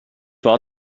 war